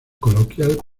coloquial